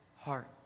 heart